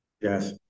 Yes